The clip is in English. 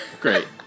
Great